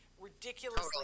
ridiculously